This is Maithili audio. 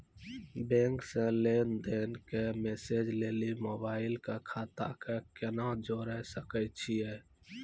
बैंक से लेंन देंन के मैसेज लेली मोबाइल के खाता के केना जोड़े सकय छियै?